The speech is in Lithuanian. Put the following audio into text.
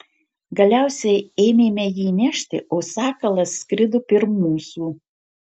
galiausiai ėmėme jį nešti o sakalas skrido pirm mūsų